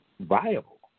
viable